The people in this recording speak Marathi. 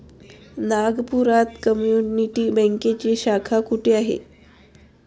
नागपुरात कम्युनिटी बँकेची शाखा कुठे आहे?